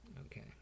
Okay